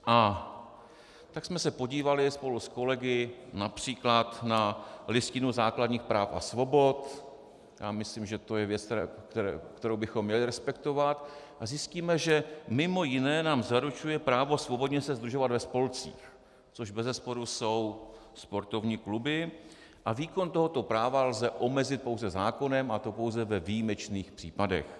A tak jsme se podívali spolu s kolegy například na Listinu základních práv a svobod, myslím, že to je věc, kterou bychom měli respektovat, a zjistíme, že mj. nám zaručuje právo svobodně se sdružovat ve spolcích, což bezesporu jsou sportovní kluby, a výkon tohoto práva lze omezit pouze zákonem, a to pouze ve výjimečných případech.